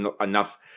enough